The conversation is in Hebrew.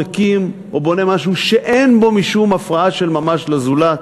מקים או בונה משהו שאין בו משום הפרעה של ממש לזולת,